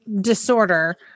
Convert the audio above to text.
disorder